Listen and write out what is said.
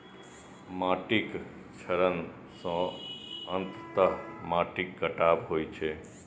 माटिक क्षरण सं अंततः माटिक कटाव होइ छै